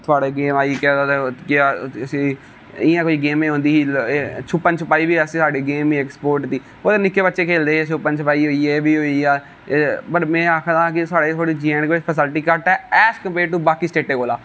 थुआढ़े जि'यां आई केह् आखदे ना उसी इ'यां कोई गेम होंदी ही छूपन छपाई बी साढ़ी गेम ही इक स्पोटस दी ओह ते निक्के बच्चे खेलदे है छूपन होई ग में आक्खदा है कि साढ़े जेहडे जे एंड के च फासिलिटी घट्ट ऐ एस कम्पेयर टू बाकी स्टेटें कोला